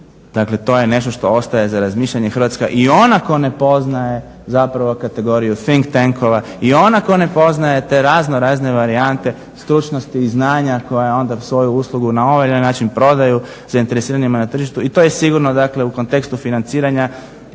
Dakle to je nešto što ostaje za razmišljanje Hrvatska i on ako ne poznaje zapravo kategoriju …/Ne razumije se./… i on ako ne poznaje te raznorazne varijante stručnosti i znanja koje onda svoju uslugu na ovaj ili onaj način prodaju zainteresiranima na tržištu i to je sigurno dakle u kontekstu financiranja